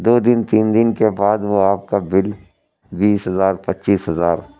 دو دن تین دن کے بعد وہ آپ کا بل بیس ہزار پچیس ہزار